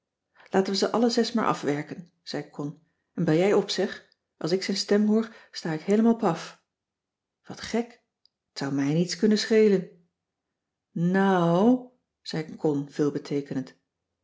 we ze alle zes maar afwerken zei con en bel jij op zeg als ik zijn stem hoor sta ik heelemaal paf wat gek t zou mij niets kunnen schelen nou ou zei con